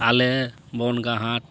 ᱟᱞᱮ ᱵᱚᱱᱜᱟ ᱦᱟᱴ